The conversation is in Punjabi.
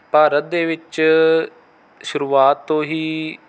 ਭਾਰਤ ਦੇ ਵਿੱਚ ਸ਼ੁਰੂਆਤ ਤੋਂ ਹੀ